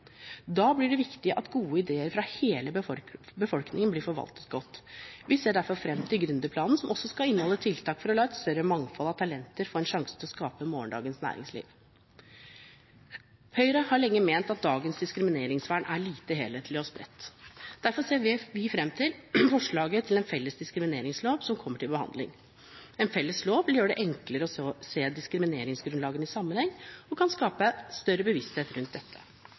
Da blir det viktig at gode ideer fra hele befolkningen blir forvaltet godt. Vi ser derfor frem til gründerplanen, som også skal inneholde tiltak for å la et større mangfold av talenter få en sjanse til å skape morgendagens næringsliv. Høyre har lenge ment at dagens diskrimineringsvern er spredt og lite helhetlig. Derfor ser vi frem til forslaget til en felles diskrimineringslov, som kommer til behandling. En felles lov vil gjøre det enklere å se diskrimineringsgrunnlagene i sammenheng og kan skape større bevissthet rundt dette.